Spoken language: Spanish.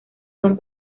son